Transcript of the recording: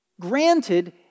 granted